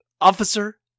Officer